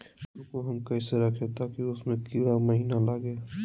मसूर को हम कैसे रखे ताकि उसमे कीड़ा महिना लगे?